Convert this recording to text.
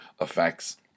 effects